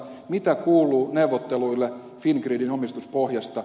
mitä kuuluu neuvotteluille fingrigin omistuspohjasta